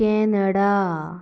Canada